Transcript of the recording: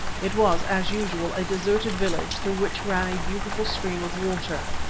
it was, as usual, a deserted village through which ran a beautiful stream of water.